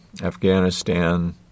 Afghanistan